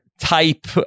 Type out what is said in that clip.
type